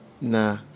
nah